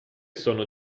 sono